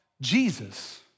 Jesus